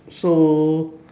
so